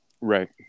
right